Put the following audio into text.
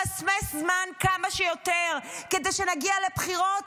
למסמס זמן כמה שיותר כדי שנגיע לבחירות